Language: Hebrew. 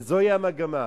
וזוהי המגמה,